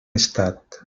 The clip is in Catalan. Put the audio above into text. estat